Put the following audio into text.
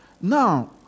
Now